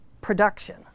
production